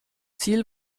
ziel